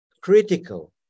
critical